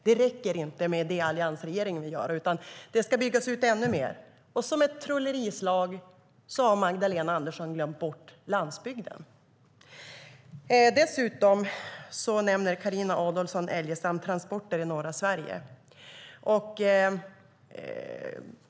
Det räcker inte med det alliansregeringen gör, utan den ska byggas ut ännu mer - och som genom ett trollslag har Magdalena Andersson glömt bort landsbygden. Carina Adolfsson Elgestam nämner transporter i norra Sverige.